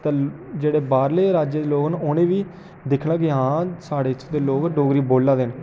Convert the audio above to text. ते जेह्ड़े बाह्रले राज्य दे लोक न उ'नें बी दिक्खना के हां साढ़े च ते लोक डोगरी बोल्लै दे न